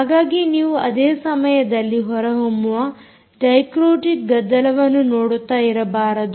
ಹಾಗಾಗಿ ನೀವು ಅದೇ ಸಮಯದಲ್ಲಿ ಹೊರಹೊಮ್ಮುವ ಡೈಕ್ರೋಟಿಕ್ ಗದ್ದಲವನ್ನು ನೋಡುತ್ತಾ ಇರಬಾರದು